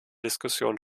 diskussion